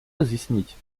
разъяснить